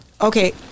okay